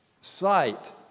sight